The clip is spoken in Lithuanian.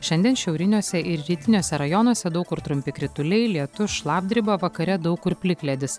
šiandien šiauriniuose ir rytiniuose rajonuose daug kur trumpi krituliai lietus šlapdriba vakare daug kur plikledis